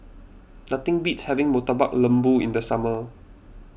nothing beats having Murtabak Lembu in the summer